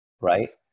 right